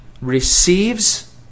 receives